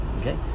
Okay